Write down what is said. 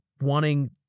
wanting